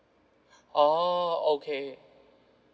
oh okay